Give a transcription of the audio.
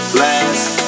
last